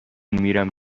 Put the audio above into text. میرم